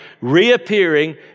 reappearing